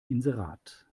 inserat